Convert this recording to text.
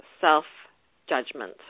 self-judgment